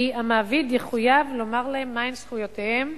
כי המעביד יחויב לומר להן מהן זכויותיהם,